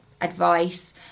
advice